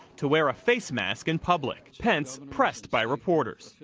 to wear a face mask in public. pence pressed by reporters.